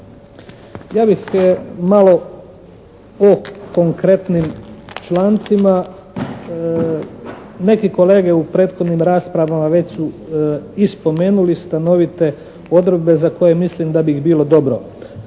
Ja bih malo o konkretnim člancima. Neki kolege u prethodnim raspravama već su i spomenuli stanovite odredbe za koje mislim da bi ih bilo dobro